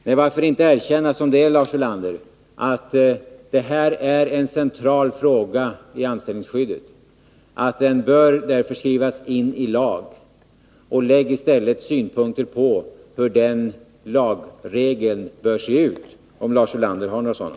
Men varför inte säga som det är, att detta gäller en central fråga i anställningsskyddet och att det därför bör skrivas in i lagen? Anför i stället synpunkter på hur den lagparagrafen bör se ut, om Lars Ulander har några sådana!